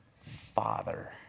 Father